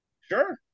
Sure